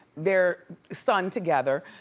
their son together.